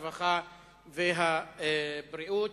הרווחה והבריאות.